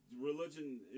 Religion